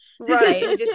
right